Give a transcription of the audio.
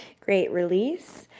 great. release.